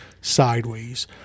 sideways